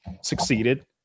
succeeded